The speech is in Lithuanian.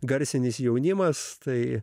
garsinis jaunimas tai